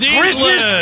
Christmas